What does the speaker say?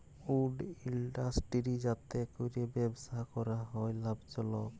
would industry যাতে ক্যরে ব্যবসা ক্যরা হ্যয় লাভজলক